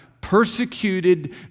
persecuted